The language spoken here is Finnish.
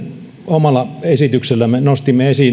omalla esityksellämme nostimme